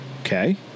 Okay